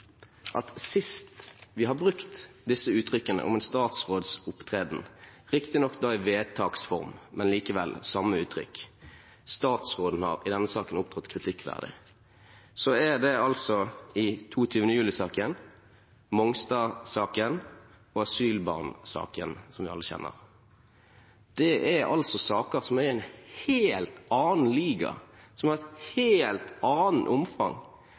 at sist vi har brukt disse uttrykkene om en statsråds opptreden – riktignok da i vedtaks form, men likevel samme uttrykk: statsråden har i denne saken opptrådt kritikkverdig – er det altså i 22. juli-saken, Mongstad-saken og asylbarnsaken, som vi alle kjenner. Det er altså saker som er i en helt annen liga, som har et helt annet omfang,